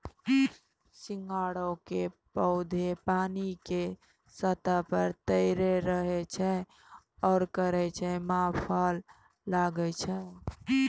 सिंघाड़ा के पौधा पानी के सतह पर तैरते रहै छै ओकरे मॅ फल लागै छै